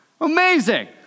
amazing